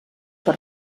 per